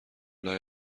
لای